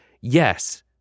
yes